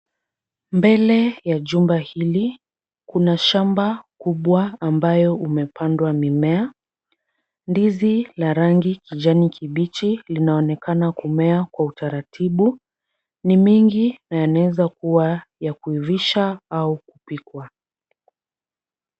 Mbele ya jumba hili kuna shamba kubwa ambayo umepandwa mimea. Ndizi ya rangi kijani kibichi linaonekana kumea kwa utaratibu. Ni mingi na yanaweza kuwa ya kuivisha au kupikwa.